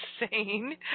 insane